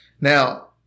Now